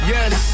Yes